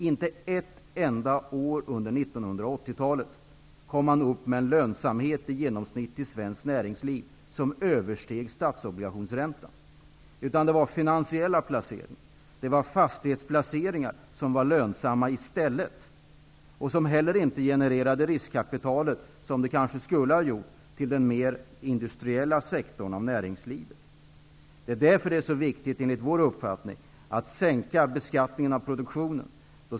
Inte ett enda år under 1980 talet kom man i svenskt näringsliv upp till en genomsnittlig lönsamhet som översteg statsobligationsräntan. Det gjordes finansiella placeringar. Fastighetsplaceringar var lönsamma. De genererade heller inte riskkapital till den mer industriella sektorn av näringslivet, vilket de kanske skulle ha gjort. Det är därför som det enligt vår uppfattning är så viktigt att minska beskattningen av produktionen.